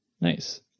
nice